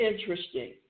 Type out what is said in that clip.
interesting